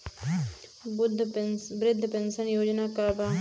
वृद्ध पेंशन योजना का बा?